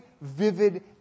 vivid